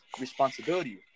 responsibility